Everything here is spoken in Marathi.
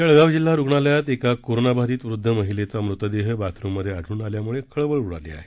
जळगाव जिल्हा रुग्णालयात एका कोरोनाबाधित वृद्ध महिलेचा मृतदेह बाथरुममधे आढळून आल्यामुळे खळबळ उडाली आहे